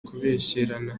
kubeshyerana